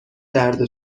درد